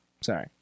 Sorry